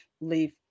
leave